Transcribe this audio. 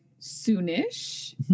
soonish